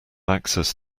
access